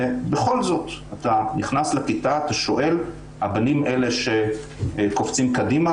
ובכל זאת אתה נכנס לכיתה ושואל והבנים הם אלה שקופצים קדימה,